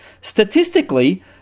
Statistically